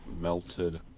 Melted